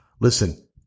Listen